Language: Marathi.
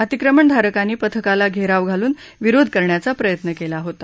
अतिक्रमण धारकांनी पथकाला घेराव घालून विरोध करण्याचा प्रयत्न केला होता